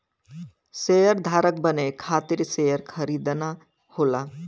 शेयरधारक बने खातिर शेयर खरीदना होला